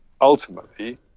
ultimately